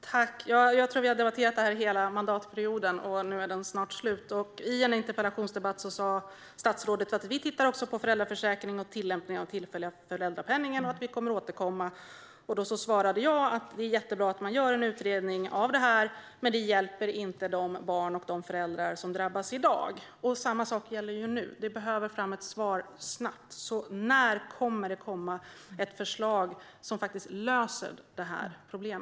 Fru talman! Jag tror att vi har debatterat detta hela mandatperioden, och nu är den snart slut. I en interpellationsdebatt sa statsrådet: Vi tittar också på föräldraförsäkringen och tillämpningen av den tillfälliga föräldrapenningen. Vi kommer att återkomma. Jag svarade: Det är jättebra att det görs en utredning, men det hjälper inte de barn och föräldrar som drabbas i dag. Samma sak gäller fortfarande. Vi behöver ett snabbt svar. När kommer ett förslag som löser detta problem?